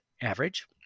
average